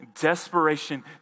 desperation